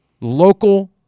Local